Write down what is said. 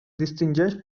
distingeix